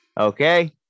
Okay